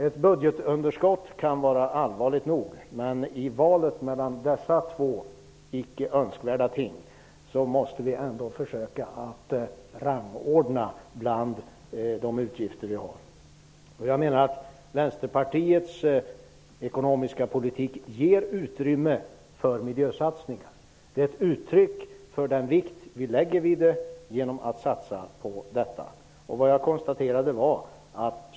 Ett budgetunderskott kan vara allvarligt nog, men i valet mellan dessa två icke önskvärda ting måste vi ändå försöka rangordna bland de utgifter vi har. Vänsterpartiets ekonomiska politik ger utrymme för miljösatsningar. Dessa satsningar är ett uttryck för den vikt vi lägger vid miljön.